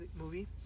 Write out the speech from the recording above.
movie